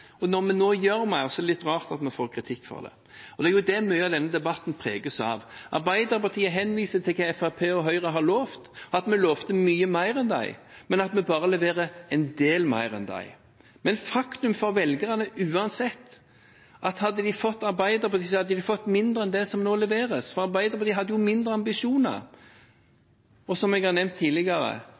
Når vi nå gjør mer, er det litt rart at vi får kritikk for det. Det er det mye av denne debatten preges av. Arbeiderpartiet henviser til hva Fremskrittspartiet og Høyre har lovet, og at vi lovte mye mer enn dem, men at vi bare leverer en del mer enn dem. Men faktumet for velgerne er uansett at med Arbeiderpartiet hadde de fått mindre enn det som nå leveres, for Arbeiderpartiet hadde mindre ambisjoner. Som jeg har nevnt tidligere,